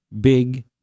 big